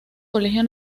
colegio